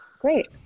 Great